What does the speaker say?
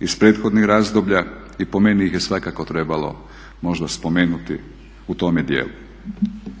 iz prethodnih razdoblja i po meni ih je svakako trebalo možda spomenuti u tome dijelu.